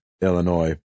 Illinois